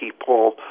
people